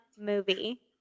movie